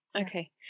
okay